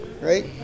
Right